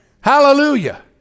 Hallelujah